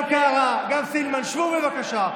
גם קארה, גם סילמן, שבו, בבקשה.